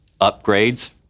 upgrades